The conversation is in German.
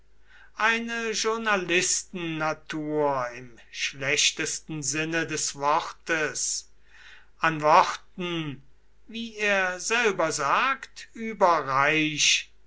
eine journalistennatur im schlechtesten sinne des wortes an worten wie er selber sagt überreich